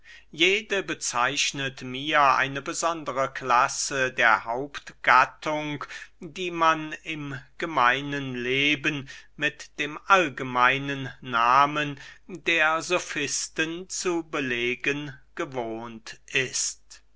jede bezeichnet mir eine besondere klasse der hauptgattung die man im gemeinen leben mit dem allgemeinen nahmen der sofisten zu belegen gewohnt ist